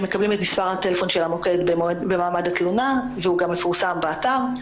הם מקבלים את מספר הטלפון במעמד התלונה והוא גם מפורסם באתר.